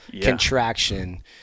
contraction